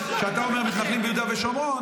כשאתה אומר: מתנחלים ביהודה ושומרון,